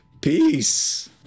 peace